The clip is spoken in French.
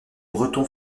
breton